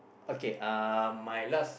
okay um my last